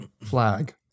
flag